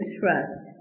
trust